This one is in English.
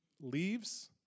leaves